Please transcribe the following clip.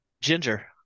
Ginger